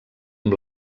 amb